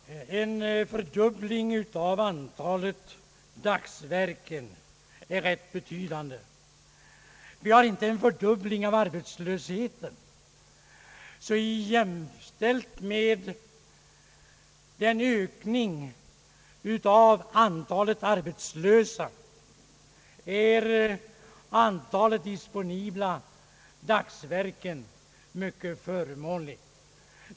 Herr talman! En fördubbling av antalet dagsverken är rätt betydande. Vi har inte en fördubbling av arbetslösheten. I jämförelse med ökningen av antalet arbetslösa är alltså ökningen av antalet disponibla dagsverken mycket betydande.